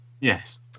Yes